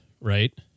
right